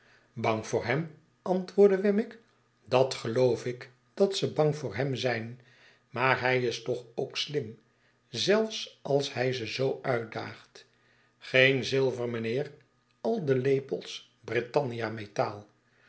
bang voor hem antwoordde wemmick dat geloof ik dat ze bang voor hem zijn maar hij is toch pok slim zelfs als hy ze zoo uitdaagt geen zilver mijnheer al de lepels britannia metaal